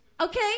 okay